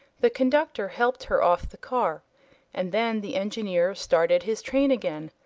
the conductor helped her off the car and then the engineer started his train again,